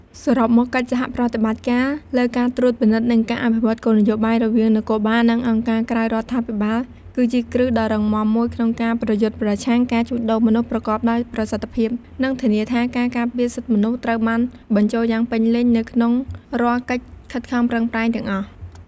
សរុបមក កិច្ចសហប្រតិបត្តិការលើការត្រួតពិនិត្យ និងការអភិវឌ្ឍគោលនយោបាយរវាងនគរបាល និងអង្គការក្រៅរដ្ឋាភិបាល គឺជាគ្រឹះដ៏រឹងមាំមួយក្នុងការប្រយុទ្ធប្រឆាំងការជួញដូរមនុស្សប្រកបដោយប្រសិទ្ធភាព និងធានាថាការការពារសិទ្ធិមនុស្សត្រូវបានបញ្ចូលយ៉ាងពេញលេញនៅក្នុងរាល់កិច្ចខិតខំប្រឹងប្រែងទាំងអស់។